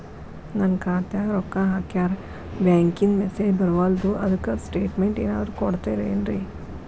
ನನ್ ಖಾತ್ಯಾಗ ರೊಕ್ಕಾ ಹಾಕ್ಯಾರ ಬ್ಯಾಂಕಿಂದ ಮೆಸೇಜ್ ಬರವಲ್ದು ಅದ್ಕ ಸ್ಟೇಟ್ಮೆಂಟ್ ಏನಾದ್ರು ಕೊಡ್ತೇರೆನ್ರಿ?